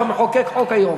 אתה מחוקק חוק היום.